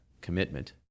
commitment